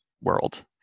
world